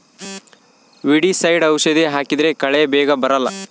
weedicide ಔಷಧಿ ಹಾಕಿದ್ರೆ ಕಳೆ ಬೇಗ ಬರಲ್ಲ